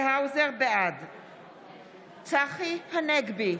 בעד צחי הנגבי,